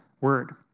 word